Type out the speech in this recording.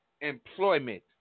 employment